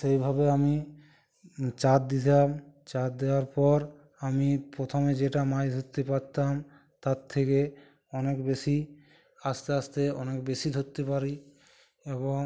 সেইভাবে আমি চার দিতাম চার দেওয়ার পর আমি প্রথমে যেটা মাজ ধরতে পারতাম তাত থেকে অনেক বেশি আস্তে আস্তে অনেক বেশি ধোত্তে পারি এবং